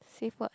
save what